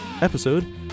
episode